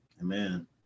Amen